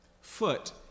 Foot